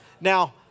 Now